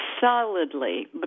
solidly